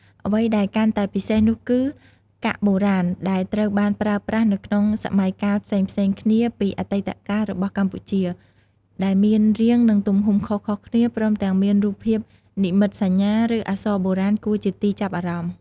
អ្វីដែលកាន់តែពិសេសនោះគឺ កាក់បុរាណ ដែលត្រូវបានប្រើប្រាស់នៅក្នុងសម័យកាលផ្សេងៗគ្នាពីអតីតកាលរបស់កម្ពុជា ដែលមានរាង និងទំហំខុសៗគ្នា ព្រមទាំងមានរូបភាពនិមិត្តសញ្ញា ឬអក្សរបុរាណគួរជាទីចាប់អារម្មណ៍។